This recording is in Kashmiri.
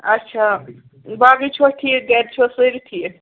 اچھا باقٕے چھِوا ٹھیٖک گَرِ چھِوا سٲری ٹھیٖک